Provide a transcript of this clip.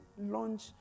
launch